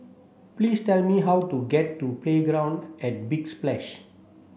please tell me how to get to Playground at Big Splash